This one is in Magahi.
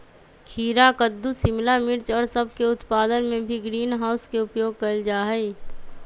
खीरा कद्दू शिमला मिर्च और सब के उत्पादन में भी ग्रीन हाउस के उपयोग कइल जाहई